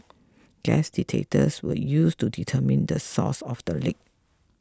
gas detectors were used to determine the source of the leak